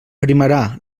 primarà